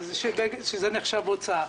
שזה נחשב הוצאה.